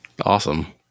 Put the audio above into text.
Awesome